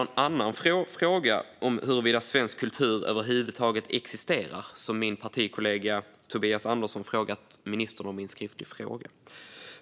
En annan fråga gäller huruvida svensk kultur över huvud taget existerar, vilket min partikollega Tobias Andersson har frågat ministern om i en skriftlig fråga.